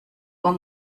uhr